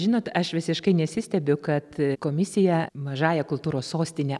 žinot aš visiškai nesistebiu kad komisija mažąja kultūros sostine